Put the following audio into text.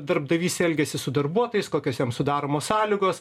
darbdavys elgiasi su darbuotojais kokios jam sudaromos sąlygos